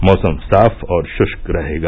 मौसम साफ और शुष्क रहेगा